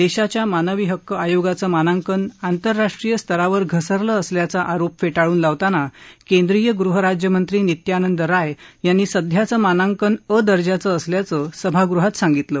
देशाच्या मानवी हक्क आयोगाचं मानांकन आंतरराष्ट्रीय स्तरावर घसरलं असल्याचा आरोप फेटाळून लावताना केंद्रीय गृहराज्य मंत्री नित्यानंद राय यांनी सध्याचं मानांकन अ दर्जाचं असल्याचं सभागृहात सांगितलं